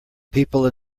people